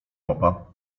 mopa